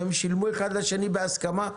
והם שילמו אחד לשני בהסכמה.